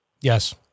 Yes